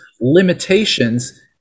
limitations